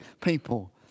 people